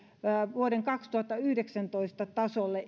vuoden kaksituhattayhdeksäntoista tasolle